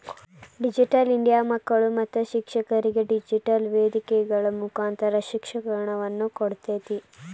digital India ಮಕ್ಕಳು ಮತ್ತು ಶಿಕ್ಷಕರಿಗೆ ಡಿಜಿಟೆಲ್ ವೇದಿಕೆಗಳ ಮುಕಾಂತರ ಶಿಕ್ಷಣವನ್ನ ಕೊಡ್ತೇತಿ